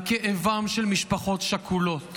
על כאבן של משפחות שכולות,